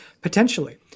potentially